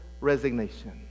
resignation